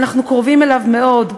ואנחנו קרובים אליו מאוד.